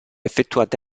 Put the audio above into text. effettuate